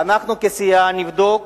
ואנחנו, כסיעה, נבדוק